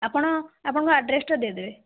ଆପଣ ଆପଣଙ୍କ ଆଡ଼୍ରେସ୍ଟା ଦେଇଦେବେ